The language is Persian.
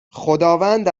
خداوند